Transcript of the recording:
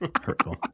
Hurtful